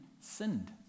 sinned